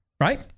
right